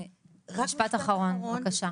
משפט אחרון בבקשה.